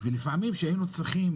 כשהיינו צריכים